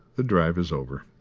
the drive is over.